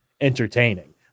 entertaining